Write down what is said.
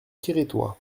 guérétois